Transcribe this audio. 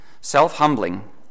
Self-Humbling